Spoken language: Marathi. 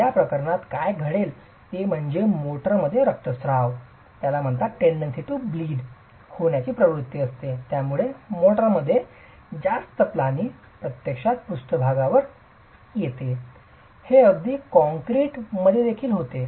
तर या प्रकरणात काय घडेल ते म्हणजे मोर्टारमध्ये स्त्राव होण्याची प्रवृत्ती असते ज्यामुळे मोर्टारमध्ये जास्त पाणी प्रत्यक्षात पृष्ठभागावर येते हे अगदी कॉंक्रिट मध्ये देखील होते